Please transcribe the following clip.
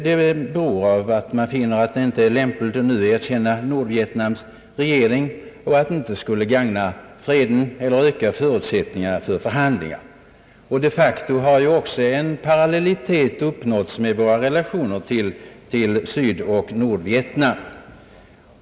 Utskottet finner att det inte är lämpligt att nu erkänna Nordvietnams regering då detta inte skulle gagna freden och öka förutsättningarna för förhandlingar. De facto har också parallellitet uppnåtts i våra relationer till Sydoch Nordvietnam.